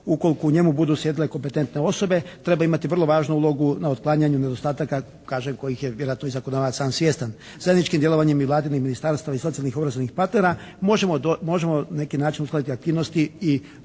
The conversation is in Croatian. ukoliko u njemu budu sjedile kompetentne osobe treba imati vrlo važnu ulogu na otklanjanju nedostataka, kažem kojih je i zakonodavac sam svjestan. Zajedničkim djelovanjem i Vladinim, i ministarstvom, i socijalnih obrazovnih partnera možemo na neki način uskladiti aktivnosti i pojačati